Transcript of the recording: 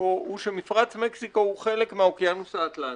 מקסיקו הוא שמפרץ מקסיקו הוא חלק מהאוקיינוס האטלנטי,